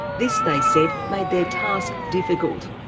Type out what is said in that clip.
this, they said, made their task difficult.